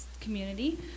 community